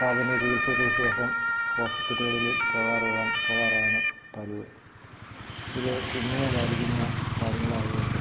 പ്രാഥമിക ചികിത്സയ്ക്ക് ശേഷം ഹോസ്പിറ്റലിൽ പോവാറുള്ളത് പോവാറാണ് പതിവ് ഇത് കിഡ്നിയെ ബാധിക്കുന്ന കാര്യങ്ങളായത് കൊണ്ട്